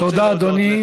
תודה, אדוני.